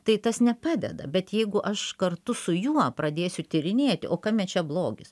tai tas nepadeda bet jeigu aš kartu su juo pradėsiu tyrinėti o kame čia blogis